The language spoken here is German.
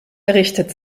errichtet